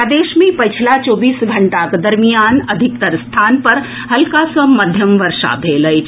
प्रदेश मे पछिला चौबीस घंटाक दरमियान अधिकांश स्थान पर हल्का सँ मध्यम वर्षा भेल अछि